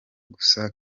gusa